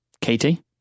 Katie